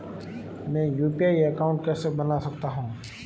मैं UPI account कैसे बना सकता हूं?